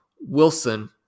Wilson